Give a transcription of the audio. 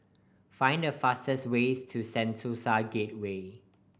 find the fastest ways to Sentosa Gateway